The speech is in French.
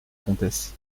comtesse